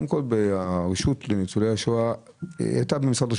הרשות לניצולי השואה הייתה במשרד ראש